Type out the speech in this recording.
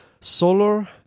solar